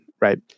right